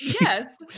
Yes